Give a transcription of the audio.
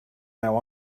now